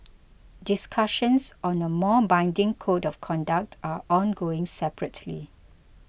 discussions on a more binding Code of Conduct are ongoing separately